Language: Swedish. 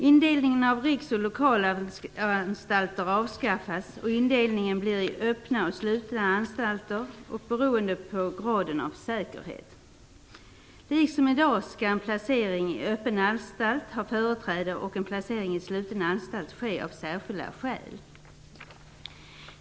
Indelningen i riks och lokalanstalter avskaffas, och indelningen blir i öppna och slutna anstalter, beroende på graden av säkerhet. Liksom i dag skall placering i öppen anstalt ha företräde och placering på sluten anstalt ske av särskilda skäl.